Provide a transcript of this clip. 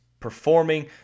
performing